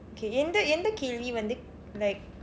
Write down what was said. okay எந்த எந்த கேள்வி வந்து:endtha endtha keelvi vandthu like